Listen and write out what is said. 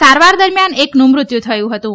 સારવાર દરમિથાન એકનું મૃત્યુ થયું હતું